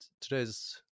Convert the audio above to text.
today's